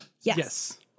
Yes